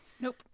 Nope